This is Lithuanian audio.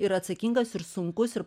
ir atsakingas ir sunkus ir